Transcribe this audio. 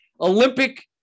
Olympic